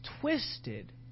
twisted